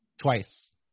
twice